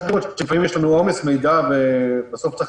לפעמים יש לנו עומס מידע ובסוף צריך